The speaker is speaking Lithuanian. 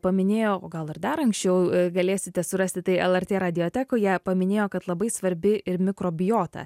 paminėjo o gal ir dar anksčiau galėsite surasti tai lrt radiotekoje paminėjo kad labai svarbi ir mikrobiota